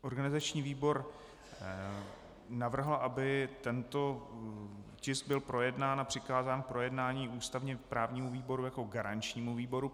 Organizační výbor navrhl, aby tento tisk byl projednán a přikázán k projednání ústavněprávnímu výboru jako garančnímu výboru.